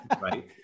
right